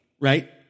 right